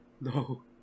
No